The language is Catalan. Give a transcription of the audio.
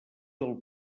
del